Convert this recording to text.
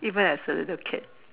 even as a little kid